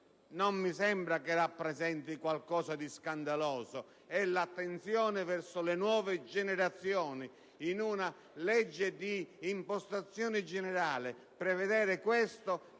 non mi sembra che rappresenti qualcosa di scandaloso. Si tratta di un'attenzione verso le nuove generazioni in una legge di impostazione generale. Penso